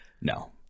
No